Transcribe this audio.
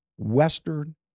western